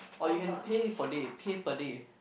or you can pay for day pay per day